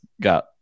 got